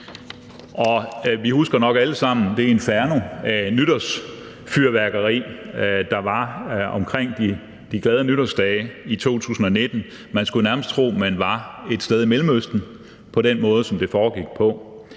Vi husker nok alle sammen det inferno af nytårsfyrværkeri, der var omkring de glade nytårsdage i 2019. Man skulle nærmest tro, man var et sted i Mellemøsten, når man ser på den måde, som det foregik på.